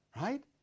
right